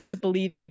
believe